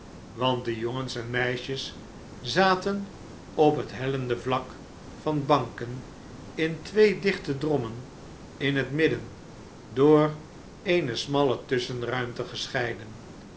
want de jongens en meisjes zaten op het hellende vlak van banken in twee dichte drommen in het midden door eene smalle tusschenruimte gescheiden